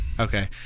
Okay